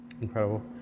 incredible